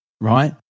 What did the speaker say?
right